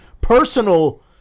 personal